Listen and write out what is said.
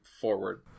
forward